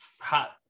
hot